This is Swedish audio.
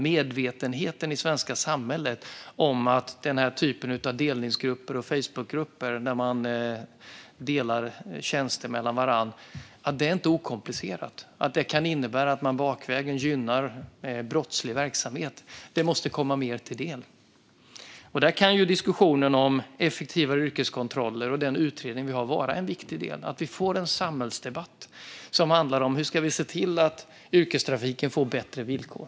Medvetenheten är låg i det svenska samhället om att den typ av delningsgrupper till exempel på Facebook, där man delar tjänster mellan varandra, inte är okomplicerade utan kan innebära att man bakvägen gynnar brottslig verksamhet. Det måste komma fler till del. Där kan diskussionen om effektivare yrkeskontroller och den utredning vi nu har vara en viktig del i och med att vi får en samhällsdebatt som handlar om hur vi ska se till att yrkestrafiken får bättre villkor.